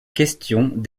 questions